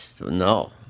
No